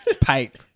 Pipe